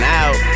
out